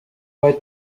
bari